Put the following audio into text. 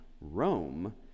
Rome